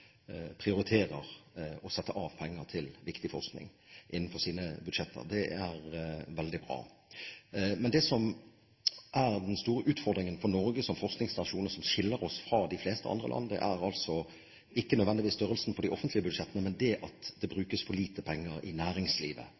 sette av penger til viktig forskning innenfor sine budsjetter. Det er veldig bra. Men det som er den store utfordringen for Norge som forskningsnasjon, og som skiller oss fra de fleste andre land, er ikke nødvendigvis størrelsen på de offentlige budsjettene, men at det brukes for lite penger i næringslivet